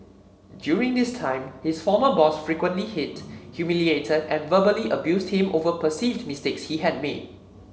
during this time his former boss frequently hit humiliated and verbally abused him over perceived mistakes he had made